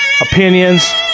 opinions